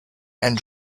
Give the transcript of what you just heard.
and